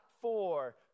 four